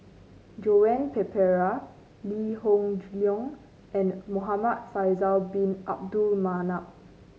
Joan Pereira Lee Hoon Leong and Muhamad Faisal Bin Abdul Manap